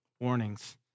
warnings